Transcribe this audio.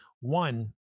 one